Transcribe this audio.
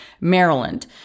Maryland